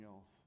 else